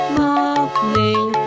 morning